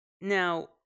Now